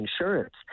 insurance